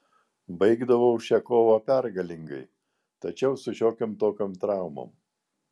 baigdavau šią kovą pergalingai tačiau su šiokiom tokiom traumom